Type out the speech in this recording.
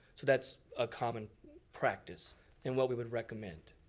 so that's a common practice and what we would recommend.